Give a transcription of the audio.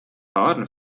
baden